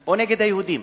או נגד היהודים.